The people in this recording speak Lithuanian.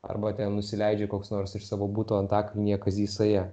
arba ten nusileidžia koks nors iš savo buto antakalnyje kazys saja